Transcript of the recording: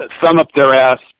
thumb-up-their-ass